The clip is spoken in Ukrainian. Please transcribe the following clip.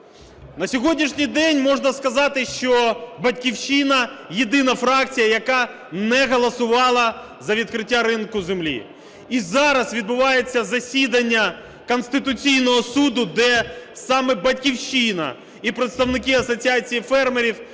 На сьогоднішній день можна сказати, що "Батьківщина" єдина фракція, яка не голосувала за відкриття ринку землі. І зараз відбувається засідання Конституційного Суду, де саме "Батьківщина" і представники Асоціації фермерів,